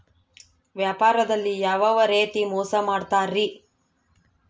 ವ್ಯಾಪಾರದಲ್ಲಿ ಯಾವ್ಯಾವ ರೇತಿ ಮೋಸ ಮಾಡ್ತಾರ್ರಿ?